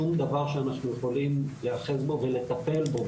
שום דבר שאנחנו יכולים להיאחז בו ולטפל בו.